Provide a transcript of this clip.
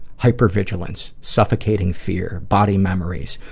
hyper-vigilance. suffocating fear. body memories.